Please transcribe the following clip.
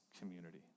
community